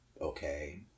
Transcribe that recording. okay